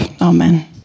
Amen